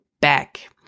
back